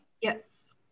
Yes